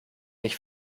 nicht